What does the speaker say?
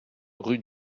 rue